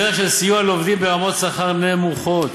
בדרך של סיוע לעובדים ברמות שכר נמוכות.